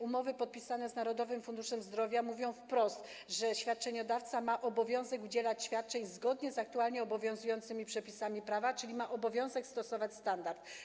Umowy podpisane z Narodowym Funduszem Zdrowia mówią wprost, że świadczeniodawca ma obowiązek udzielać świadczeń zgodnie z aktualnie obowiązującymi przepisami prawa, czyli ma obowiązek stosować standard.